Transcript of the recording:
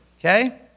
okay